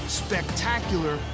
spectacular